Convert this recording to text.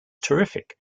terrific